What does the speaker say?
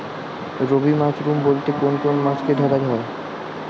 রবি মরশুম বলতে কোন কোন মাসকে ধরা হয়?